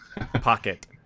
pocket